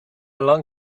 long